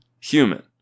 human